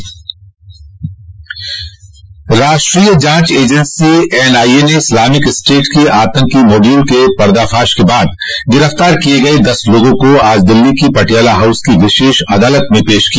राष्ट्रीय जाच agency NIA ने इस्लामिक स्टेट के आतंकी मॉड्यूल के पर्दाफाश के बाद गिरफ्तार किये गये दस लोगों को आज दिल्ली की पटियाला हाउस की विशेष अदालत में पेश किया